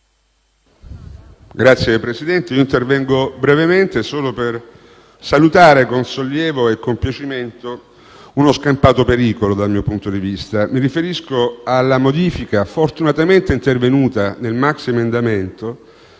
Signor Presidente, intervengo brevemente per salutare con sollievo e compiacimento uno scampato pericolo, dal mio punto di vista. Mi riferisco alla modifica fortunatamente intervenuta nel maxiemendamento: